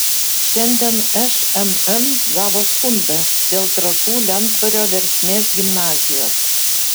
šiandien šmm gavo skundą dėl trakų lentvario versmės gimnazijos